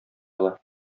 ала